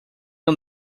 não